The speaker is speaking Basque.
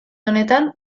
honetan